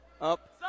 up